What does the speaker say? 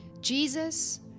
Jesus